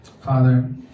Father